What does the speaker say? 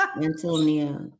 Antonia